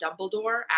Dumbledore